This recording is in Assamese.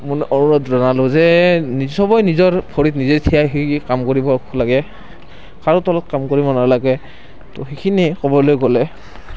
মানে অনুৰোধ জনালোঁ যে সবে নিজৰ ভৰিত নিজে থিয় হৈ কাম কৰিব লাগে কাৰো তলত কাম কৰিব নালাগে তো সেইখিনিয়ে ক'বলৈ গ'লে